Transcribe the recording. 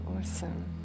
Awesome